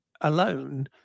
alone